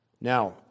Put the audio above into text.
Now